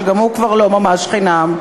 שגם הוא לא ממש חינם,